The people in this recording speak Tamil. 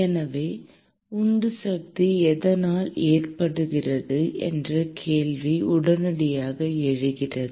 எனவே உந்து சக்தி எதனால் ஏற்படுகிறது என்ற கேள்வி உடனடியாக எழுகிறது